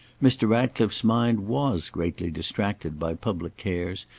mr. ratcliffe's mind was greatly distracted by public cares,